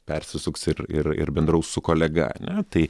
persisuks ir ir ir bendraus su kolega ane tai